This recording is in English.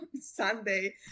Sunday